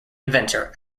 inventor